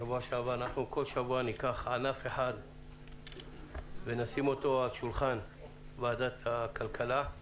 בכל שבוע ניקח ענף אחד ונשים אותו על שולחן ועדת הכלכלה.